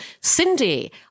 Cindy